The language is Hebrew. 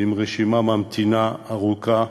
ועל רשימת המתנה ארוכה,